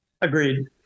Agreed